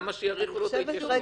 למה שיארכו לו את ההתיישנות?